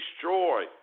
destroy